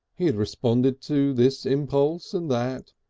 he had responded to this impulse and that,